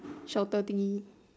shorter thing